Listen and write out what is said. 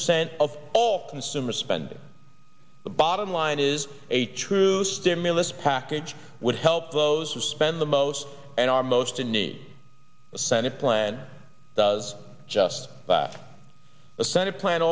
cent of all consumer spending the bottom line is a true stimulus package would help those who spend the most and are most in need the senate plan does just that a senate plan